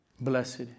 Blessed